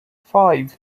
five